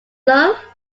love